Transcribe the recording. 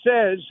says